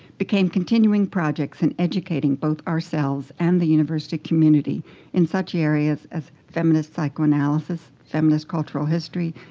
became continuing projects in educating both ourselves and the university community in such areas as feminist psychoanalysis, feminist cultural history,